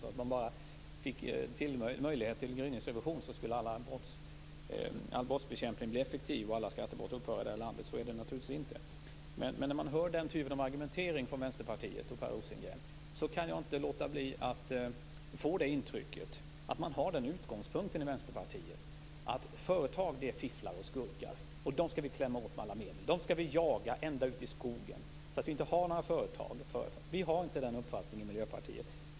Om vi bara fick möjlighet till gryningsrevision, skulle all brottsbekämpning bli effektiv och alla skattebrott i landet upphöra. Så är det naturligtvis inte. När jag hör den typen av argumentering från Per Rosengren kan jag inte låta bli att få det intrycket att man i Vänsterpartiet har den utgångspunkten att företagare är fifflare och skurkar, som vi med alla medel skall klämma åt. Vi skall jaga dem ända ut i skogen, så att vi snart inte längre har några företagare kvar. Vi i Miljöpartiet har inte den uppfattningen.